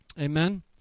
amen